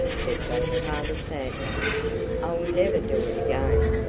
said dot's father sadly i'll never do it again.